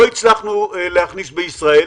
לא הצלחנו להכניס בישראל,